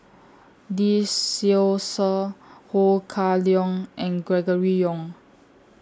Lee Seow Ser Ho Kah Leong and Gregory Yong